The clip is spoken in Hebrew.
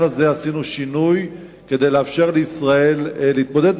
הזה עשינו שינוי כדי לאפשר לישראל להתמודד.